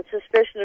suspicion